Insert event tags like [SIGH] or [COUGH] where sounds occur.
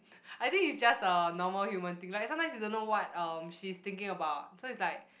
[NOISE] I think it's just a normal human thing like sometimes you don't know what um she's thinking about so is like